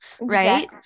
Right